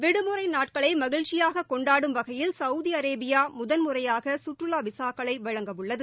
விடுமுறை நாட்களை மகிழ்ச்சியாக கொண்டாடும் வகையில் சௌதி அரேபியா முதன் முறையாக சுற்றுலா விசாக்களை வழங்க உள்ளது